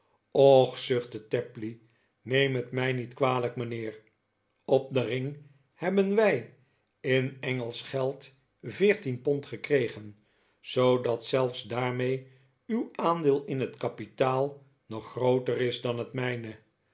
och zuchtte tapley neem het mij niet kwalijk mijnheer op den ring hebben wij in engelsch geld veertien pond gekregen zoodat zelfs daarmee uw aandeel in het kapitaal nog grooter is dan het mijne